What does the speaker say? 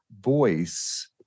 voice